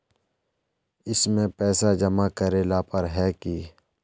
इसमें पैसा जमा करेला पर है की?